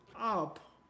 up